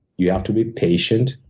you have to be patient.